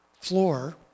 floor